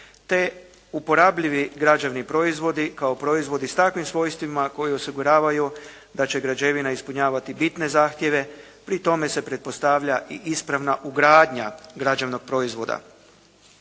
te uporabljivi građevni proizvodi kao proizvodi s takvim svojstvima koji osiguravaju da će građevina ispunjavati bitne zahtjeve, pri tome se pretpostavlja i ispravna ugradnja građevnog proizvoda.